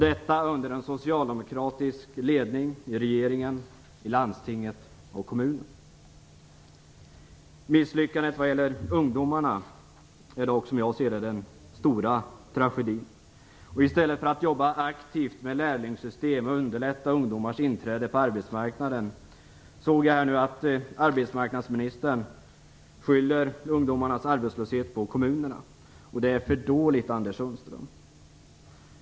Detta under en socialdemokratisk ledning i regeringen, i landstinget och kommunen. Misslyckandet vad gäller ungdomarna är, som jag ser det, den stora tragedin. I stället för att arbeta aktivt med lärlingssystem och underlätta ungdomars inträde på arbetsmarknaden såg jag nu att arbetsmarknadsministern skyller ungdomarnas arbetslöshet på kommunerna. Det är för dåligt, Anders Sundström.